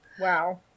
Wow